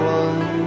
one